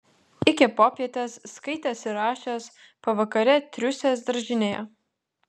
iki popietės skaitęs ir rašęs pavakare triūsęs daržinėje